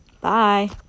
Bye